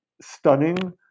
stunning